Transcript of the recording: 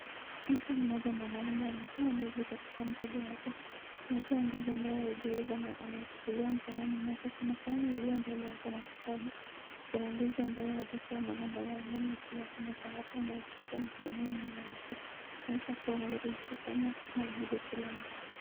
Mtu mmoja mwanaume ametoa ndizi katika mkoba wake. Ametoa ndizi ambayo haijaiva na ameshikilia mkononi wake kuna sahani iliyo mbele yake na kitabu. Kuna ndizi ambayo hajatoa maganda yamo juu ya meza hapo na ukutani mwenyewe ni nyeupe. Inaonyesha kuwa anajaribu kufanya maagizo fulani